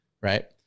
Right